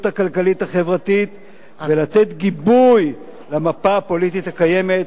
הכלכלית-חברתית ולתת גיבוי למפה הפוליטית הקיימת,